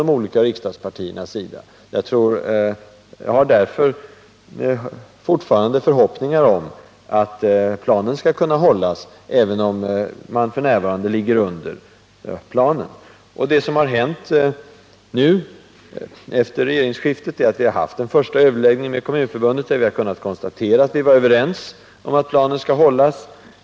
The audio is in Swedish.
Jag hoppas fortfarande att planen skall kunna hållas, även om utbyggnadsplanerna för 1980-1981 ligger för lågt hittills. Det som har hänt efter regeringsskiftet är att vi har haft en första överläggning med Kommunförbundet, där vi kunde konstatera att vi var överens om att planen skall hållas.